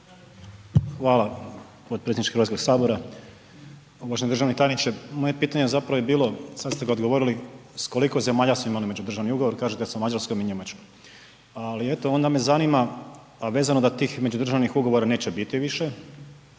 HS-a. Uvaženi državni tajniče, moje pitanje zapravo je bilo, sad ste ga odgovorili, s koliko zemalja smo imali međudržavni ugovor, kažete sa Mađarskom i Njemačkom. Ali, eto, onda me zanima, vezano da tih međudržavnih ugovora neće biti više